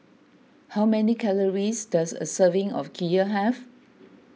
how many calories does a serving of Kheer have